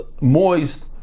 moist